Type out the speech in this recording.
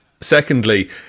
secondly